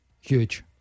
huge